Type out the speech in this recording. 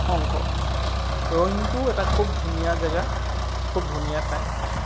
অংশ ৰয়িংটোই এটা খুব ধুনীয়া জেগা খুব ধুনীয়া ঠাই